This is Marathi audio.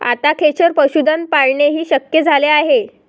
आता खेचर पशुधन पाळणेही शक्य झाले आहे